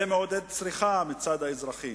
זה מעודד צריכה מצד האזרחים,